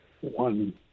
one